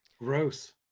Gross